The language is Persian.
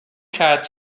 کرد